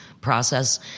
process